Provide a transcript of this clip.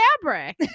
fabric